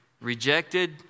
rejected